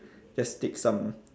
just take some